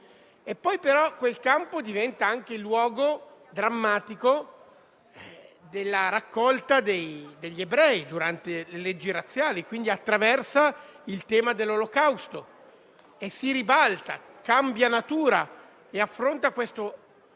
campo, però, diventa anche il luogo drammatico della raccolta degli ebrei, a seguito delle leggi razziali, quindi attraversa il tema dell'Olocausto e si ribalta, cambia natura e affronta questo